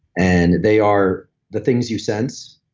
and they are the things you sense,